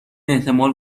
احتمال